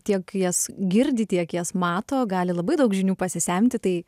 tiek jas girdi tiek jas mato gali labai daug žinių pasisemti tai